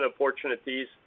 opportunities